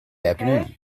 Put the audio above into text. afternoon